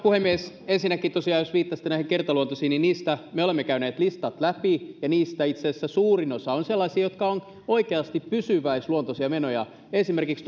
puhemies ensinnäkin tosiaan jos viittasitte näihin kertaluontoisiin niin me olemme käyneet listat läpi ja niistä itse asiassa suurin osa on sellaisia jotka ovat oikeasti pysyväisluontoisia menoja esimerkiksi